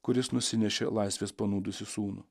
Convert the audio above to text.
kuris nusinešė laisvės panūdusį sūnų